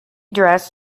dress